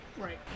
right